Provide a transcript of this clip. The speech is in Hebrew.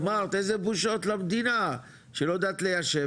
אמרת איזה בושות למדינה שלא יודעת ליישב.